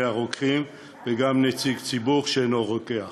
הרוקחים וגם נציג ציבור שאינו רוקח.